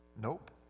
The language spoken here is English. Nope